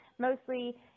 Mostly